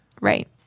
Right